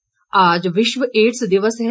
ads दिवस आज विश्व एड्स दिवस है